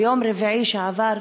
ביום רביעי שעבר,